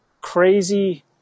crazy